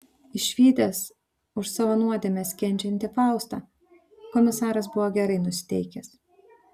išvydęs už savo nuodėmes kenčiantį faustą komisaras buvo gerai nusiteikęs